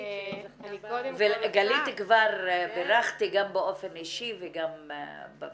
ולגלית שזכתה --- את גלית כבר בירכתי גם באופן אישי וגם בוועדה.